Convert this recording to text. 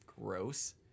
Gross